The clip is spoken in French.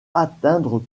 atteindre